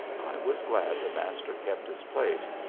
i was glad the master kept his place,